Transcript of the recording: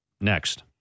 Next